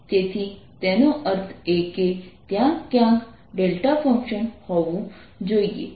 તેથી તેનો અર્થ એ કે ત્યાં ક્યાંક δ ફંક્શન હોવું જોઈએ